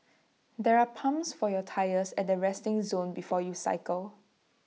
there are pumps for your tyres at the resting zone before you cycle